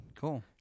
cool